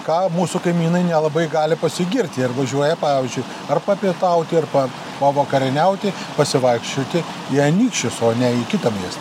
ką mūsų kaimynai nelabai gali pasigirti ir važiuoja pavyzdžiui ar papietauti ar pa pavakarieniauti pasivaikščioti į anykščius o ne į kitą miestą